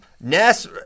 Ness